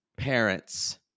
parents